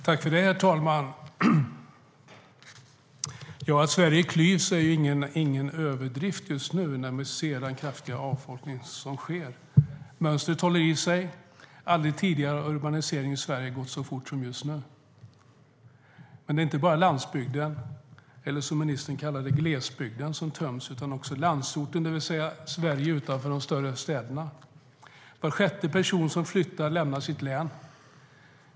Herr talman! Att säga att Sverige klyvs är ingen överdrift just nu, när vi ser den kraftiga avfolkning som sker. Mönstret håller i sig - aldrig tidigare har urbaniseringen i Sverige gått så fort som nu. Men det är inte bara landsbygden - eller glesbygden, som ministern kallar den - som töms utan också landsorten, det vill säga Sverige utanför de större städerna. Var sjätte person som flyttar lämnar sitt län.